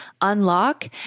unlock